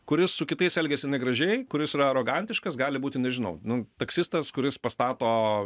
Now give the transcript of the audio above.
kuris su kitais elgiasi negražiai kuris yra arogantiškas gali būti nežinau nu taksistas kuris pastato